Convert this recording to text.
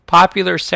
popular